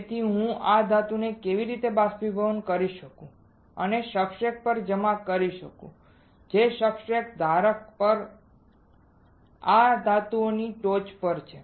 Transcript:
તેથી હું આ ધાતુને કેવી રીતે બાષ્પીભવન કરી શકું અને સબસ્ટ્રેટ પર જમા કરી શકું જે સબસ્ટ્રેટ ધારક પર આ ધાતુની ટોચ પર છે